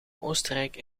oostenrijk